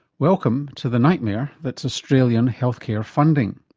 welcome to the nightmare that's australian healthcare funding.